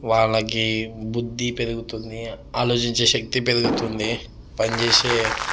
వాళ్ళకి బుద్ది పెరుగుతుంది ఆలోచించే శక్తి పెరుగుతుంది పని చేసే